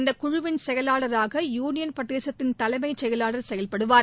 இந்த குழுவிள் செயலாளராக யூனியன் பிரதேசத்தின் தலைஎமச் செயலாளர் செயல்படுவார்